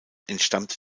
entstammte